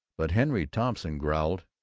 but henry thompson growled,